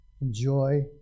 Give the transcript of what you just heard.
enjoy